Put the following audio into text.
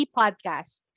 podcast